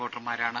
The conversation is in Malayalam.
വോട്ടർമാരാണ്